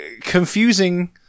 confusing